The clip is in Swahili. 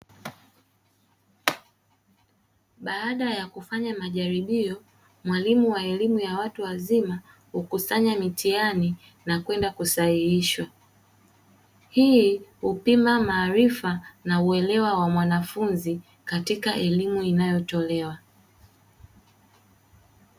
Baada ya kufanya majaribio mwalimu wa elimu ya watu wazima hukusanya mitihani na kwenda kusahihishwa. Hii hupima maarifa na uelewa wa mwanafunzi katika elimu inayotolewa.